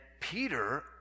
Peter